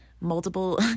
multiple